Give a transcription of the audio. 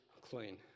clean